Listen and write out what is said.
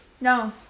no